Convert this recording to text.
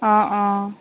অঁ অঁ